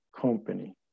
Company